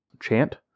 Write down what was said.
chant